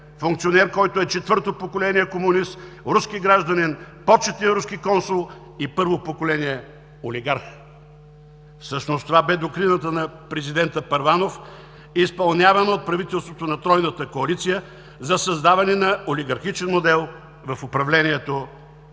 Функционер, който е четвърто поколение комунист, руски гражданин, почетен консул и първо поколение олигарх. Всъщност това беше доктрината на президента Първанов, изпълнявана от правителството на тройната коалиция, за създаване на олигархичен модел в управлението